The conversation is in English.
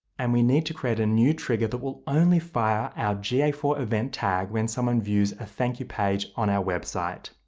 and we need to create a new trigger that will only fire our g a four event tag when someone views a thank you page on our website.